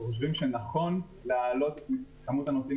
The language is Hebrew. אנחנו חושבים שנכון להעלות את מספר הנוסעים